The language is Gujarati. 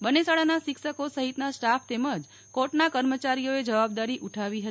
બંને શાળાના શિક્ષકો સહિતના સ્ટાફ તેમજ કોર્ટના કર્મચારીઓએ જવાબદારી ઉઠાવી હતી